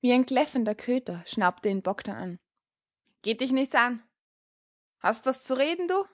wie ein kläffender köter schnaubte ihn bogdn an geht dich nichts an hast was zu reden du